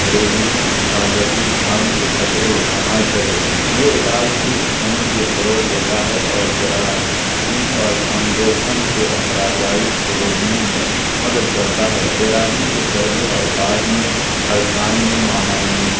گھریلوؤں حفاظتی کان کے خطرے استعمال کرے یہ علاج خشک ہونے کے فروغ دیتا ہے اور جراشیم اور کے افراجائس کو روکنے میں مدد کرتا ہے تیراکی سے پہلے اور بعد میں ہر کان میں